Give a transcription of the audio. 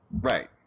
Right